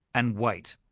and wait.